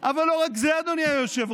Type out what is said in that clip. אבל לא רק זה, אדוני היושב-ראש,